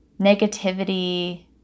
negativity